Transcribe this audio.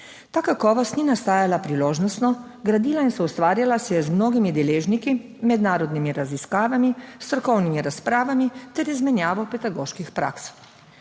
Ta kakovost ni nastajala priložnostno. Gradila in soustvarjala se je z mnogimi deležniki: mednarodnimi raziskavami, strokovnimi razpravami ter izmenjavo pedagoških praks.